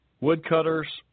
woodcutters